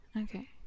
Okay